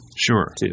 Sure